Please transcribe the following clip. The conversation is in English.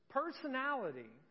personality